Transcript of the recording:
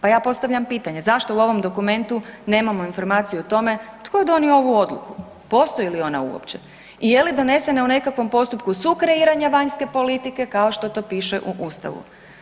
Pa ja postavljam pitanje zašto u ovom dokumentu nemamo informaciju o tome tko je donio ovu odluku, postoji li ona uopće i je li donesena u nekakvom postupku sukreiranja vanjske politike kao što to piše u Ustavu.